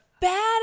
Bad